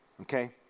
okay